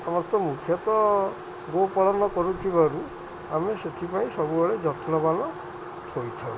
ସମସ୍ତ ମୁଖ୍ୟତଃ ଗୋପାଳନ କରୁଥିବାରୁ ଆମେ ସେଥିପାଇଁ ସବୁବେଳେ ଯତ୍ନବାନ ହୋଇଥାଉ